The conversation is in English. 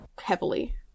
heavily